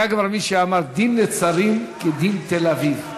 היה כבר מי שאמר: דין נצרים כדין תל-אביב,